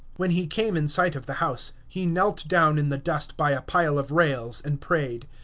when he came in sight of the house, he knelt down in the dust by a pile of rails and prayed.